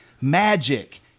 magic